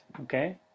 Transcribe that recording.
Okay